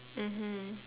mmhmm